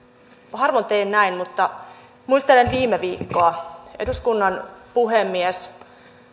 harvoin teen näin mutta muistelen viime viikkoa kun eduskunnan puhemies